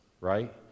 right